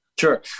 Sure